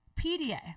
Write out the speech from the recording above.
PDA